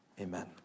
Amen